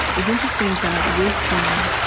it's interesting that wisdom